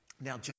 Now